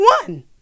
one